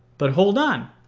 but hold on!